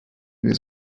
les